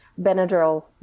Benadryl